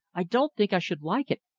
i don't think i should like it.